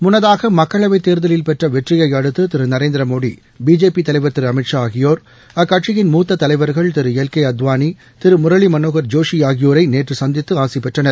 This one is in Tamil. முன்னதாக மக்களவைத் தேர்தலில் பெற்ற வெற்றியை அடுத்து திரு நரேந்திரமோடி பிஜேபி தலைவர் திரு அமித்ஷா ஆகியோர் அக்கட்சியின் மூத்த தலைவர்கள் திரு எல் கே அத்வானி திரு முரளி மனோகர் ஜோஷி ஆகியோரை நேற்று சந்தித்து ஆசி பெற்றனர்